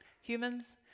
Humans